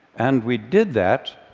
and we did that,